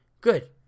Good